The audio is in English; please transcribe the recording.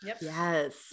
Yes